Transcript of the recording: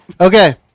Okay